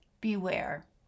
beware